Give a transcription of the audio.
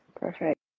Perfect